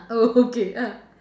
oh okay ah